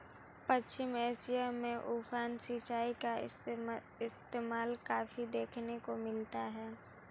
पश्चिम Asia में उफान सिंचाई का इस्तेमाल काफी देखने को मिलता है